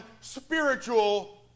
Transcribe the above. spiritual